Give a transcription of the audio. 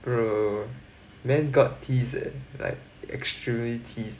bro man got tease like extremely tease